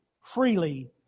freely